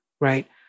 right